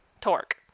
torque